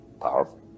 Powerful